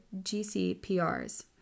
GCPRs